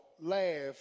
laugh